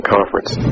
Conference